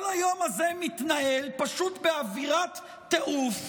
כל היום הזה מתנהל באווירת טירוף,